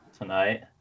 tonight